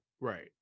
right